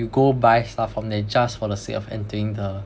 you go buy stuff from there just for the sake of entering the